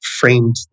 framed